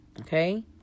okay